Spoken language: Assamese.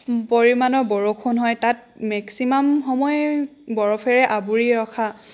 পৰিমাণৰ বৰষুণ হয় তাত মেক্সিমাম সময় বৰফেৰে আৱৰি ৰখা